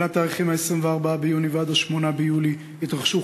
בין התאריכים 24 ביוני ו-8 ביולי התרחשו